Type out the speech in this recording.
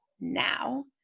now